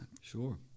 Sure